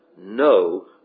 no